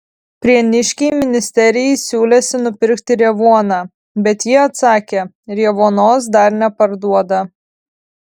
prieniškiai ministerijai siūlėsi nupirkti revuoną bet ji atsakė revuonos dar neparduoda